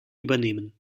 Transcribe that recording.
übernehmen